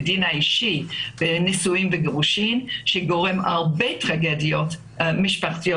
אפליה בדין האישי נישואים וגירושים שגורמת להרבה טרגדיות אישיות.